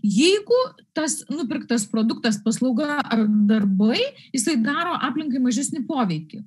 jeigu tas nupirktas produktas paslauga ar darbai jisai daro aplinkai mažesnį poveikį